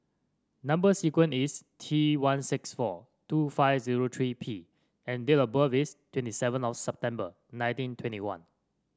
number sequence is T one six four two five zero three P and date of birth is twenty seven September nineteen twenty one